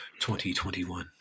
2021